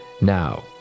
Now